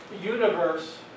universe